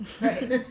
Right